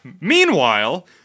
Meanwhile